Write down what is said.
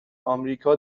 آمریکا